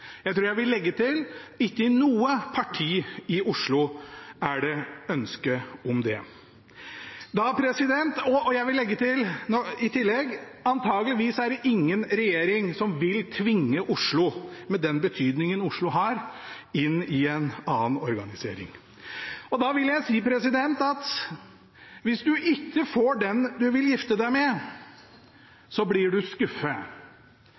Jeg tror jeg vil legge til: Ikke i noe parti i Oslo er det ønske om det. Og i tillegg: Antageligvis er det ingen regjering som vil tvinge Oslo – med den betydningen Oslo har – inn i en annen organisering. Da vil jeg si det slik: Hvis du ikke får den du vil gifte deg med, blir du skuffet,